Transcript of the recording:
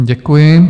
Děkuji.